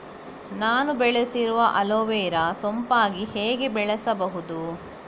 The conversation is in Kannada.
ನಾನು ಬೆಳೆಸಿರುವ ಅಲೋವೆರಾ ಸೋಂಪಾಗಿ ಹೇಗೆ ಬೆಳೆಸಬಹುದು?